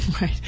Right